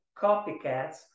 copycats